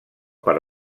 per